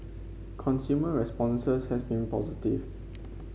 consumer responses have been positive